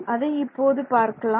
அதை இப்போது பார்க்கலாம்